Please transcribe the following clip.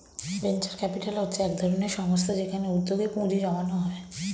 venture capital হচ্ছে একধরনের সংস্থা যেখানে উদ্যোগে পুঁজি জমানো হয়